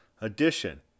Addition